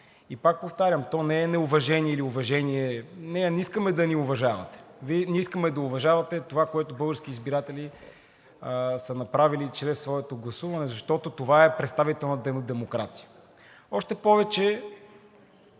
Пак повтарям, това не е уважение или неуважение. Ние не искаме да ни уважавате. Ние искаме да уважавате това, което българските избиратели са направили чрез своето гласуване, защото това е представителна демокрация, още повече,